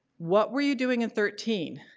what were you doing in thirteen?